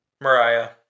Mariah